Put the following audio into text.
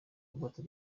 apotre